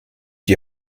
die